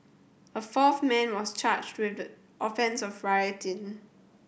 a fourth man was charged with the offence of rioting